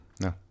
No